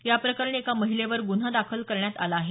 याप्रकरणी एका महिलेवर गुन्हा दाखल करण्यात आला आहे